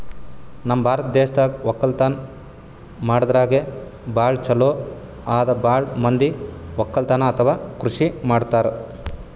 ನಮ್ ಭಾರತ್ ದೇಶ್ ವಕ್ಕಲತನ್ ಮಾಡದ್ರಾಗೆ ಭಾಳ್ ಛಲೋ ಅದಾ ಭಾಳ್ ಮಂದಿ ವಕ್ಕಲತನ್ ಅಥವಾ ಕೃಷಿ ಮಾಡ್ತಾರ್